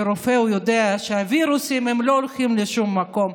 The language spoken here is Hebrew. וכרופא הוא יודע שהווירוסים לא הולכים לשום מקום,